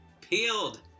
peeled